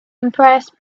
impressed